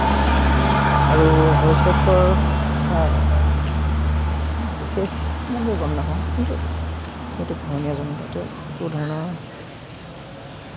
বিশেষ এইটো গম নেপাওঁ কিন্তু এইটো পোহনীয়া জন্তু কোনোধৰণৰ